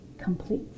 complete